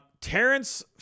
Terrence